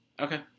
Okay